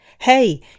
Hey